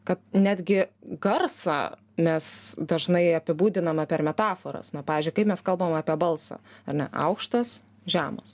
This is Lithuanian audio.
kad netgi garsą mes dažnai apibūdiname per metaforas na pavyzdžiui kaip mes kalbame apie balsą ar ne aukštas žemas